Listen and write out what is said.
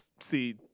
see